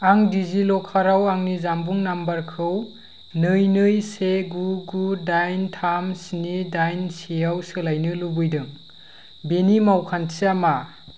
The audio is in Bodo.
आं डिजिलकाराव आंनि जानबुं नम्बरखौ नै नै से गु गु दाइन थाम स्नि दाइन सेआव सोलायनो लुबैदों बेनि मावखान्थिया मा